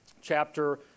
chapter